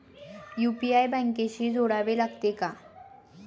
UPI बँकेशी जोडावे लागते का?